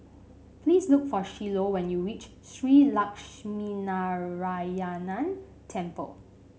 please look for Shiloh when you reach Shree Lakshminarayanan Temple